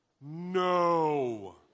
no